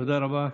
תודה רבה.